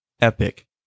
epic